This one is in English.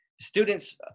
Students